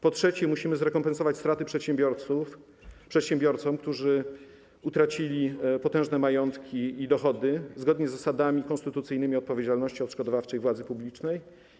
Po trzecie, musimy zrekompensować straty przedsiębiorcom, którzy utracili potężne majątki i dochody, zgodnie z zasadami konstytucyjnymi odpowiedzialności odszkodowawczej władzy publicznej.